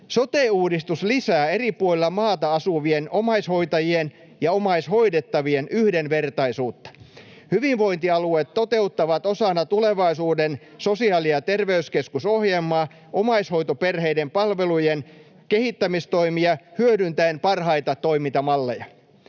Sote-uudistus lisää eri puolilla maata asuvien omaishoitajien ja omaishoidettavien yhdenvertaisuutta. Hyvinvointialueet toteuttavat osana Tulevaisuuden sosiaali- ja terveyskeskus ‑ohjelmaa omaishoitoperheiden palvelujen kehittämistoimia hyödyntäen parhaita toimintamalleja.